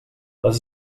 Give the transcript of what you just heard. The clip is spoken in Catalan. les